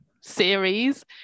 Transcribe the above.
series